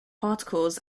particles